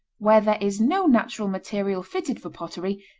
where there is no natural material fitted for pottery,